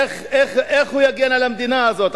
איך הוא יגן על המדינה הזאת,